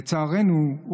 לצערנו,